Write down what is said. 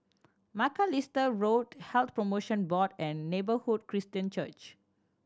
Macalister Road Health Promotion Board and Neighbourhood Christian Church